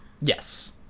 Yes